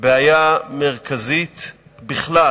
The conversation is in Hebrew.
בעיה מרכזית בכלל,